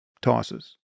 tosses